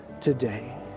today